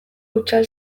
hutsal